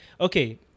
okay